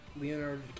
Leonardo